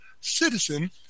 citizen